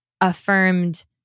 affirmed